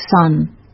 sun